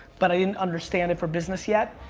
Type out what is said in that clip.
but i didn't understand it for business yet.